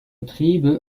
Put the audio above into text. triebe